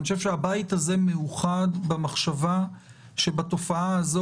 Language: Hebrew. הבית הזה מאוחד במחשבה שבתופעה הזאת